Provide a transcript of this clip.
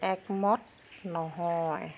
একমত নহয়